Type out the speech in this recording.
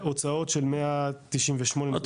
והוצאות של 198 מיליון שקל.